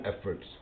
efforts